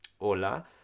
hola